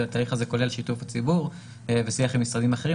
והתהליך הזה כולל שיתוף הציבור ושיח עם משרדים אחרים.